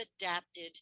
adapted